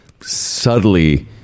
subtly